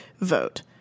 vote